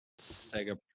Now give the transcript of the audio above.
Sega